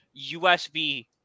USB